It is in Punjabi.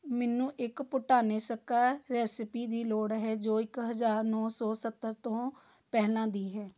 ਮੈਨੂੰ ਇੱਕ ਪੁਟਾਨੇਸਕਾ ਰੈਸਿਪੀ ਦੀ ਲੋੜ ਹੈ ਜੋ ਇੱਕ ਹਜ਼ਾਰ ਨੌਂ ਸੌ ਸੱਤਰ ਤੋਂ ਪਹਿਲਾਂ ਦੀ ਹੈ